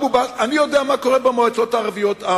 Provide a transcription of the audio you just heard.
אני יודע מה קורה במועצות הערביות,